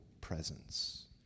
presence